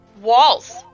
walls